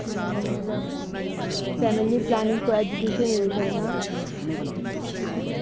अनि मतलब फ्यामिली प्लानिङको एजुकेसनहरू छैन अन्त अनि